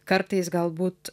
kartais galbūt